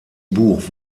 buch